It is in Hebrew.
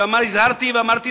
הזהרתי ואמרתי,